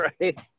right